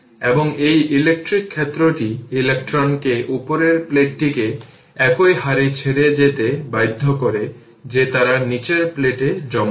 এবং এই ইলেকট্রিক ক্ষেত্রটি ইলেকট্রনকে উপরের প্লেটটিকে একই হারে ছেড়ে যেতে বাধ্য করে যে তারা নীচের প্লেটে জমা হয়